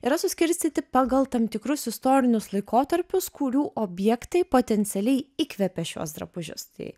yra suskirstyti pagal tam tikrus istorinius laikotarpius kurių objektai potencialiai įkvėpė šiuos drabužius tai